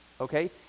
okay